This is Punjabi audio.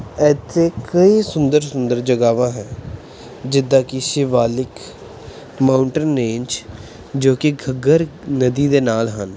ਇੱਥੇ ਕਈ ਸੁੰਦਰ ਸੁੰਦਰ ਜਗ੍ਹਾਵਾਂ ਹੈ ਜਿੱਦਾਂ ਕਿ ਸ਼ਿਵਾਲਿਕ ਮਾਊਂਟਨ ਰੇਂਜ ਜੋ ਕਿ ਘੱਗਰ ਨਦੀ ਦੇ ਨਾਲ ਹਨ